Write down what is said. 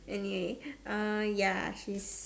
anyway err ya she's